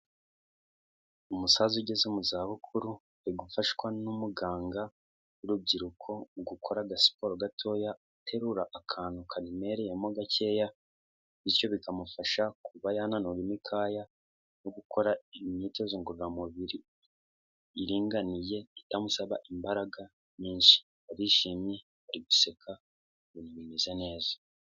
Umusaza ugeze mu za bukuru uri gufashwa n'umuganga w'urubyiruko mu gukora agasiporo gatoya, aterura akantu karemereye mo gakeya bityo bikamufasha kuba yananura imikaya no gukora imyitozo ngororamubiri iringaniye itamusaba imbaraga nyinshi, arishimye, ari guseka ibintu bimeze neza.